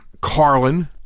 Carlin